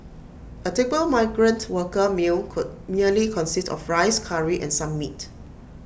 A typical migrant worker meal could merely consist of rice Curry and some meat